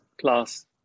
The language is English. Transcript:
class